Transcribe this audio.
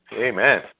Amen